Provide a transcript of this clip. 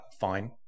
fine